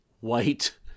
white